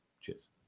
Cheers